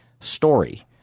story